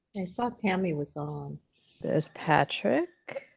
i thought tammy was on this patrick